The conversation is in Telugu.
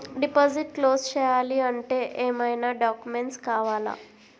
డిపాజిట్ క్లోజ్ చేయాలి అంటే ఏమైనా డాక్యుమెంట్స్ కావాలా?